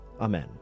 Amen